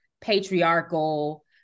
patriarchal